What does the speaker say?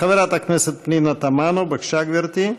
חברת הכנסת פנינה תמנו, בבקשה, גברתי.